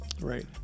right